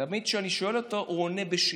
תמיד כשאני שואל אותו, הוא עונה בשאלה,